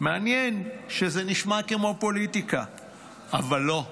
(מעניין שזה נשמע כמו פוליטיקה אבל" לא,